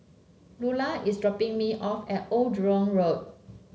Lulla is dropping me off at Old Jurong Road